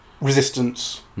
resistance